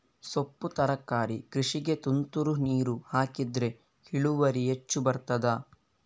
ಸೊಪ್ಪು ತರಕಾರಿ ಕೃಷಿಗೆ ತುಂತುರು ನೀರು ಹಾಕಿದ್ರೆ ಇಳುವರಿ ಹೆಚ್ಚು ಬರ್ತದ?